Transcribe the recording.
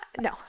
no